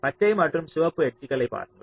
பச்சை மற்றும் சிவப்பு எட்ஜ்களைப் பாருங்கள்